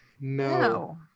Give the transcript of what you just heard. No